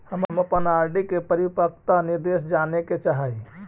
हम अपन आर.डी के परिपक्वता निर्देश जाने के चाह ही